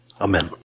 Amen